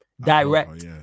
Direct